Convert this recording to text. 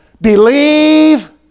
believe